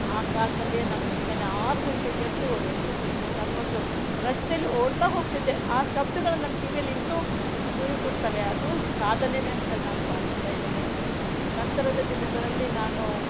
ಆ ಕಾಲದಲ್ಲೇ ನಾನು ಮುಂಜಾನೆ ಆರು ಗಂಟೆಗೆದ್ದು ಎನ್ ಸಿ ಸಿ ಡ್ರೆಸ್ ಹಾಕಿಕೊಂಡು ರಸ್ತೆಯಲ್ಲಿ ಓಡ್ತಾ ಹೋಗ್ತಿದ್ದೆ ಆ ಶಬ್ದಗಳು ನನ್ನ ಕಿವಿಯಲ್ಲಿ ಇನ್ನೂ ಗುಯಿಂಗುಟ್ತಾವೆ ಅದು ಸಾಧನೆಯೇ ಅಂತೇಳಿ ನಾನು ಭಾವಿಸ್ತಾ ಇದ್ದೇನೆ ನಂತರದ ದಿನಗಳಲ್ಲಿ ನಾನು